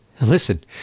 listen